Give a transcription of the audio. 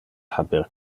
haber